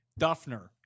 Duffner